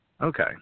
Okay